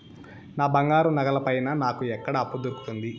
నా బంగారు నగల పైన నాకు ఎక్కడ అప్పు దొరుకుతుంది